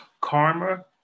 Karma